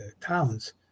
towns